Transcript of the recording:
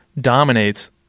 dominates